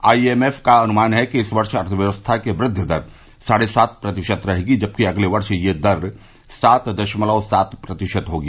आई M F का अनुमान है कि इस वर्ष अर्थव्यवस्था की वृद्वि दर साढ़े सात प्रतिशत रहेगी जबकि अगले वर्ष ये दर सात दशमलव सात प्रतिशत होगी